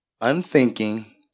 unthinking